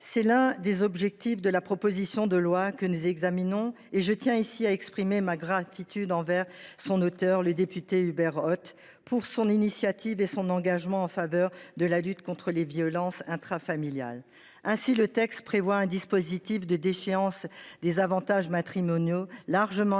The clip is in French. C’est l’un des objectifs de cette proposition de loi, et je tiens ici à exprimer ma gratitude envers son auteur, le député Hubert Ott, pour son initiative et son engagement en faveur de la lutte contre les violences intrafamiliales. Ainsi, le texte prévoit un dispositif de déchéance des avantages matrimoniaux largement inspiré